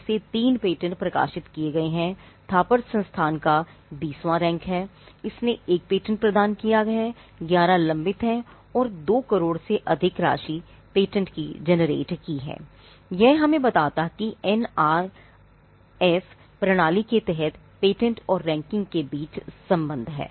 यह हमें बताता है कि NIRF प्रणाली के तहत पेटेंट और रैंकिंग के बीच कुछ संबंध है